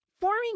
forming